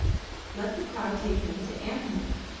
let the prau take him to ampanam.